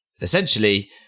essentially